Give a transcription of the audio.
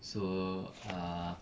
so uh